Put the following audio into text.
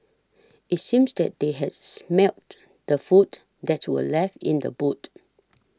it's seemed that they has smelt the food that were left in the boot